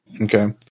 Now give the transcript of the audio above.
Okay